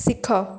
ଶିଖ